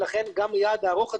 לכן גם ליעד ארוך הטווח,